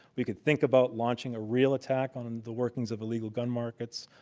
we could think about launching a real attack on the workings of illegal gun markets.